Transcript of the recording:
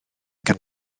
gan